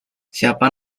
siapa